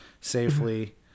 safely